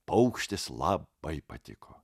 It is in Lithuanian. paukštis labai patiko